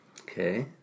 Okay